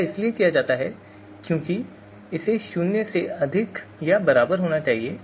ऐसा इसलिए किया जाता है क्योंकि इसे शून्य से अधिक या उसके बराबर होना चाहिए